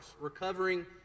recovering